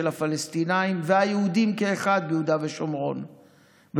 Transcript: הפלסטינים והיהודים כאחד ביהודה ושומרון,